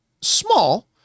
small